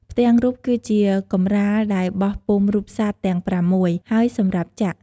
ផ្ទាំងរូបគឺជាកម្រាលដែលបោះពុម្ពរូបសត្វទាំងប្រាំមួយ ហើយសម្រាប់ចាក់។